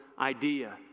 idea